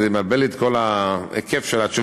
כי זה מבלבל לי את כל ההיקף של התשובה.